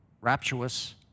rapturous